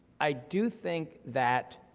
i do think that